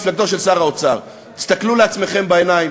מפלגתו של שר האוצר: תסתכלו לעצמכם בעיניים